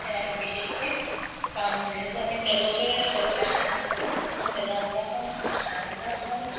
বিশেষকৈ কাৰণ যিহেতু আমি তেলতে তেলতে খাই নাথাকোঁ কিছুমান তেল আঞ্জাও খাওঁ কিছুমান খাৰৰ আঞ্জাও খাওঁ